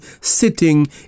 sitting